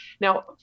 Now